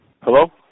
Hello